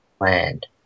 land